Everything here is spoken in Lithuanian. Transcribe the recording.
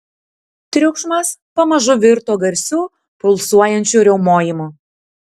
triukšmas pamažu virto garsiu pulsuojančiu riaumojimu